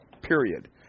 Period